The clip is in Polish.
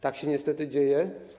Tak się niestety dzieje.